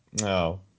No